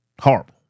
Horrible